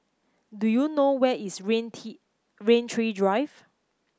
do you know where is Rain Tee Rain Tree Drive